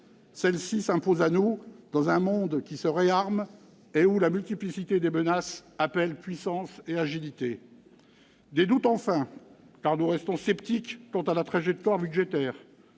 Celle-ci s'impose à nous dans un monde qui se réarme et où la multiplicité des menaces appelle puissance et agilité. Nous avons des doutes, enfin, car nous restons sceptiques quant à la trajectoire budgétaire.